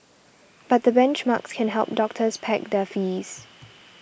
but the benchmarks can help doctors peg their fees